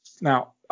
Now